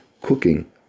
cooking